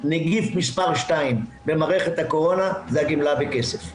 נגיף מס' 2 במערכת הקורונה זה הגימלה בכסף.